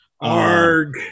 arg